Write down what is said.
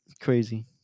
Crazy